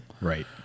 Right